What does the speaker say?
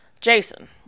jason